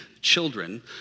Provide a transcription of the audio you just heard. children